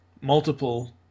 multiple